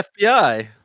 FBI